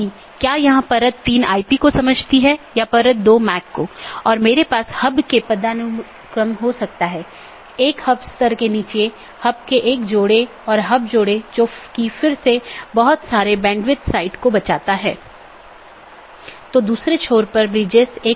इस प्रकार हमारे पास आंतरिक पड़ोसी या IBGP है जो ऑटॉनमस सिस्टमों के भीतर BGP सपीकरों की एक जोड़ी है और दूसरा हमारे पास बाहरी पड़ोसीयों या EBGP कि एक जोड़ी है